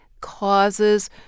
causes